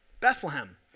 Bethlehem